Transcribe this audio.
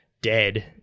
dead